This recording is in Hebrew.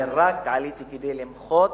אני רק עליתי כדי למחות